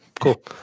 cool